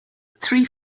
three